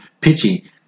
pitching